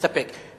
מסתפק.